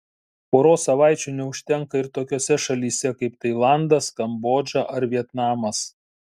poros savaičių neužtenka ir tokiose šalyse kaip tailandas kambodža ar vietnamas